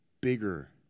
bigger